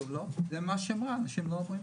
אמרה שהם לא מדווחים.